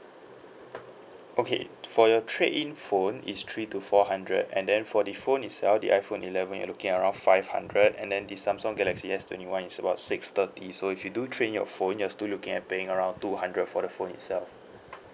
okay for your trade in phone it's three to four hundred and then for the phone itself the iphone eleven you're looking at around five hundred and then the Samsung galaxy S twenty one is about six thirty so if you do trade in your phone you're still looking at paying around two hundred for the phone itself